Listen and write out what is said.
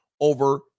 over